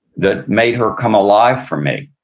that made her come alive for me.